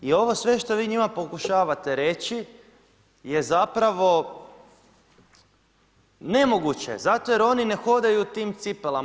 I ovo sve što vi njima pokušavate reći je zapravo nemoguće, zato jer oni ne hodaju tim cipelama.